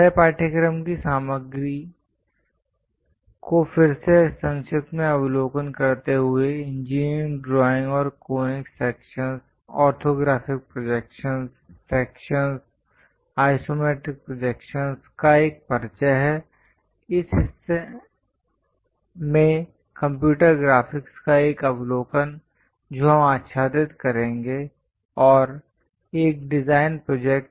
हमारे पाठ्यक्रम की सामग्री को फिर से संक्षिप्त में अवलोकन करते हुए इंजीनियरिंग ड्राइंग और conic sections orthographic projections sections isometric projections का एक परिचय है इस हिस्से में कंप्यूटर ग्राफिक्स का एक अवलोकन जो हम आच्छादित करेंगे और एक डिज़ाइन प्रोजेक्ट